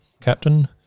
captain